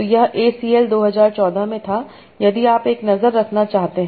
तो यह A C L 2014 में था यदि आप एक नज़र रखना चाहते हैं